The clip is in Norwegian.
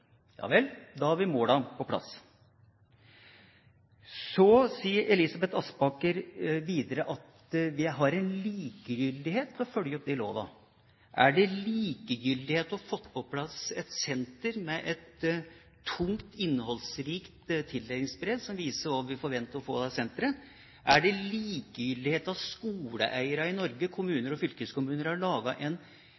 Ja vel, da har vi målene på plass. Så sier Elisabeth Aspaker videre at vi har en likegyldighet når det gjelder å følge opp de målene. Er det likegyldighet når man har fått på plass et senter med et tungt, innholdsrikt tildelingsbrev, som viser hva vi forventer å få av senteret? Er det likegyldighet at skoleeierne i Norge,